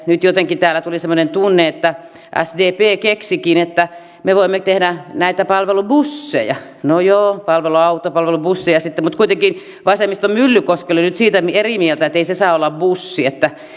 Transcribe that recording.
nyt jotenkin täällä tuli semmoinen tunne että sdp keksikin että me voimme tehdä näitä palvelubusseja no joo palveluauto palvelubusseja sitten mutta kuitenkin vasemmiston myllykoski oli nyt siitä eri mieltä että ei se saa olla bussi niin että